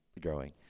growing